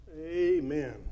Amen